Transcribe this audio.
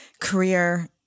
career